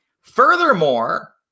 Furthermore